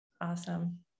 Awesome